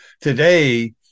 today